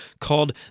called